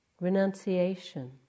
renunciation